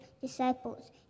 disciples